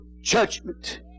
Judgment